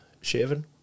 shaving